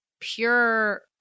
pure